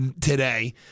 today